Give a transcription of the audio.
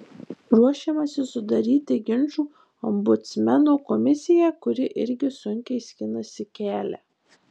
ruošiamasi sudaryti ginčų ombudsmeno komisiją kuri irgi sunkiai skinasi kelią